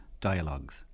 dialogues